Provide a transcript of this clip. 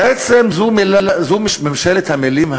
בעצם, זו ממשלת המילים המכובסות.